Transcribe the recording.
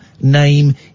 name